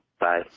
Bye